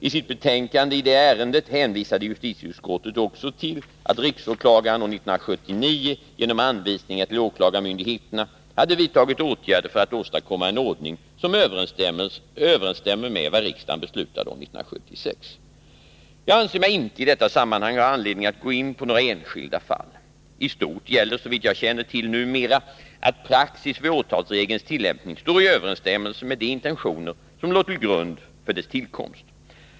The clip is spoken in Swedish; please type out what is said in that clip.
I sitt betänkande i det ärendet hänvisade justitieutskottet också till att riksåklagaren år 1979 genom anvisningar till åklagarmyndigheterna hade vidtagit åtgärder för att åstadkomma en ordning som överensstämmer med vad riksdagen beslutade år 1976. Jag anser mig inte i detta sammanhang ha anledning att gå in på några enskilda fall. I stort gäller såvitt jag känner till numera att praxis vid åtalsregelns tillämpning står i överensstämmelse med de intentioner som låg till grund för dess tillkomst.